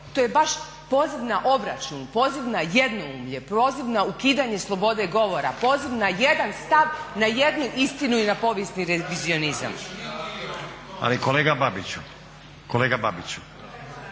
To je baš poziv na obračun, poziv na jednoumlje, poziv na ukidanje slobode govora, poziv na jedan stav, na jednu istinu i na povijesni revizionizam. … /Upadica se ne